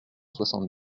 soixante